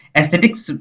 Aesthetics